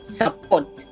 support